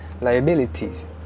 liabilities